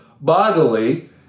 bodily